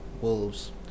wolves